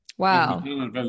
Wow